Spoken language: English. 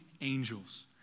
angels